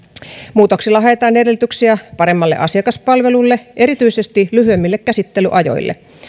muutoksilla haetaan edellytyksiä paremmalle asiakaspalvelulle erityisesti lyhyemmille käsittelyajoille